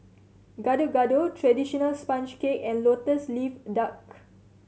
Gado Gado traditional sponge cake and Lotus Leaf Duck